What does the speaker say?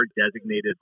designated